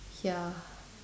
ya